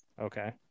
Okay